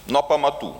nuo pamatų